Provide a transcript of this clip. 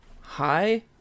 hi